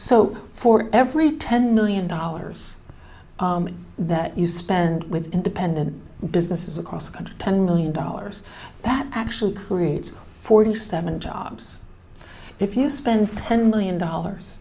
so for every ten million dollars that you spend with independent businesses across the country ten million dollars that actually creates forty seven jobs if you spend ten million dollars